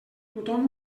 tothom